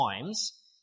times